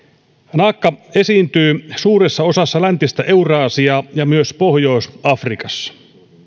naakka esiintyy suuressa osassa läntistä euraasiaa ja myös pohjois afrikassa